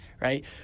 right